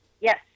Yes